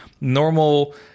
normal